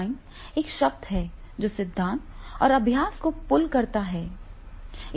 design एक शब्द है जो सिद्धांत और अभ्यास को पुल करता है